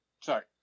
Sorry